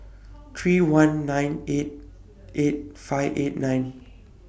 three one nine eight eight five eight nine